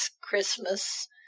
Christmas